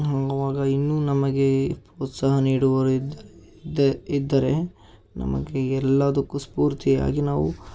ಹಂಗೆ ಆವಾಗ ಇನ್ನೂ ನಮಗೆ ಉತ್ಸಾಹ ನೀಡುವರು ಇದ್ದರೆ ಇದ್ದರೆ ನಮಗೆ ಎಲ್ಲದಕ್ಕೂ ಸ್ಪೂರ್ತಿಯಾಗಿ ನಾವು